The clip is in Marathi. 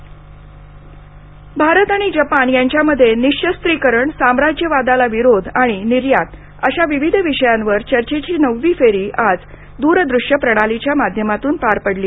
भारत जपान भारत आणि जपान यांच्यामध्ये निशस्त्रीकरण साम्राज्यवादाला विरोध आणि निर्यात अश्या विविध विषयांवर चर्चेची ननवी फेरी आज दूरदूश्य प्रणालीच्या माध्यमातून पार पडली